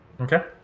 Okay